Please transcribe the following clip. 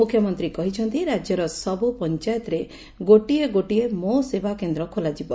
ମୁଖ୍ୟମନ୍ତୀ କହିଛନ୍ତି ରାଜ୍ୟର ସବୁ ପଞ୍ଚାୟତରେ ଗୋଟିଏ ଗୋଟିଏ ମୋ ସେବା କେନ୍ଦ ଖୋଲାଯିବ